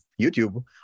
YouTube